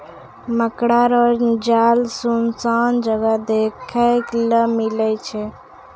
मकड़ा रो जाल सुनसान जगह देखै ले मिलै छै